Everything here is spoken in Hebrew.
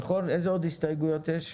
איזה עוד הסתייגויות יש?